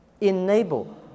enable